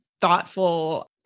thoughtful